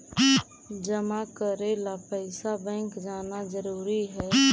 जमा करे ला पैसा बैंक जाना जरूरी है?